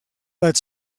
that